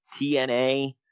TNA